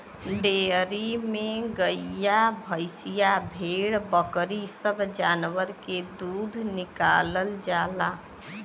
dairy में गइया भईंसिया भेड़ बकरी सब जानवर के दूध निकालल जाला